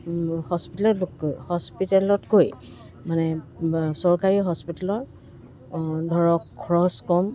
হস্পিটেলতকৈ হস্পিটেলতকৈ মানে চৰকাৰী হস্পিটেলৰ ধৰক খৰচ কম